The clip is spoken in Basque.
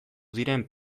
diren